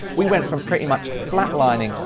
we went from pretty much flatlining,